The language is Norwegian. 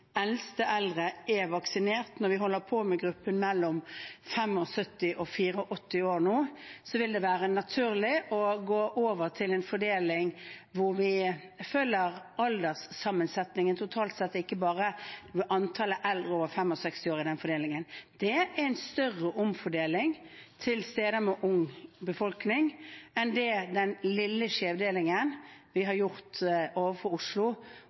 eldste eldre er vaksinert. Når vi nå holder på med gruppen mellom 75 og 84 år, så vil det være naturlig å gå over til en fordeling hvor vi følger alderssammensetningen totalt, ikke bare antallet eldre over 65 år, i den fordelingen. Det er en større omfordeling til steder med ung befolkning enn det den lille skjevdelingen vi har gjort overfor Oslo